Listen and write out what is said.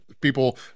people